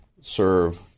serve